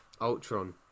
Ultron